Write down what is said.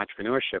entrepreneurship